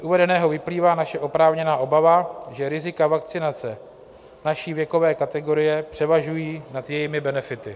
Z uvedeného vyplývá naše oprávněná obava, že rizika vakcinace naší věkové kategorie převažují nad jejími benefity.